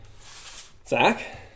Zach